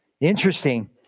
Interesting